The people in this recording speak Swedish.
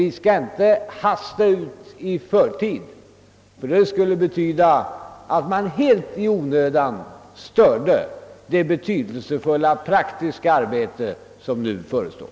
Vi bör alltså inte hasta i väg onödigtvis, eftersom vi då bara skulle störa det betydelsefulla praktiska arbetet som förestår.